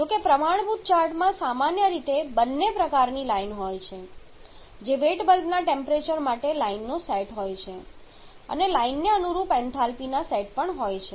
જો કે પ્રમાણભૂત ચાર્ટમાં સામાન્ય રીતે બંને પ્રકારની લાઈન હોય છે જે વેટ બલ્બના ટેમ્પરેચર માટે લાઈનનો સેટ હોય છે અને લાઇનને અનુરૂપ એન્થાલ્પીના સેટ પણ હોય છે